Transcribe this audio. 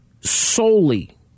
solely